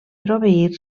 proveir